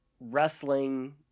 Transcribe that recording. Wrestling